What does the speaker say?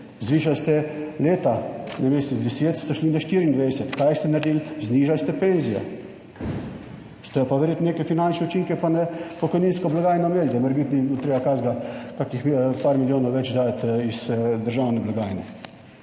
Zvišali ste leta, namesto iz 10 ste šli na 24. Kaj ste naredili? Znižali ste penzije. Ste pa verjetno neke finančne učinke pa na pokojninsko blagajno imeli, da morebiti bo treba kakšnih par milijonov več dajati iz državne blagajne.